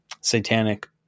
satanic